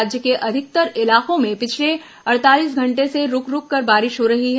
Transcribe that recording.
राज्य के अधिकतर इलाकों में पिछले अड़तालीस घंटे से रूक रूककर बारिश हो रही है